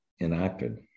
enacted